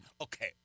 Okay